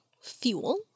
fuel